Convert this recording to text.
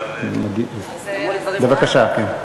בבקשה, כן.